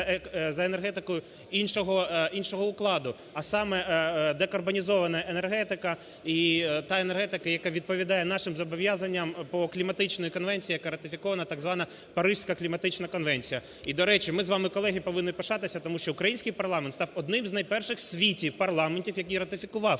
енергетикою іншого укладу, а саме:декарбонізована енергетика і та енергетика, яка відповідає нашим зобов'язанням по кліматичній конвенції, яка ратифікована, так звана Паризька кліматична конвенція. І, до речі, ми з вами, колеги, повинні пишатись. Тому що український парламент став одним з найперших в світі парламентів, який ратифікував